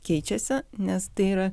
keičiasi nes tai yra